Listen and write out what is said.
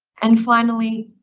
and finally,